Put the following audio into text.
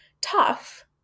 tough